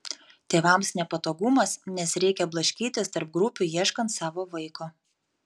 tėvams nepatogumas nes reikia blaškytis tarp grupių ieškant savo vaiko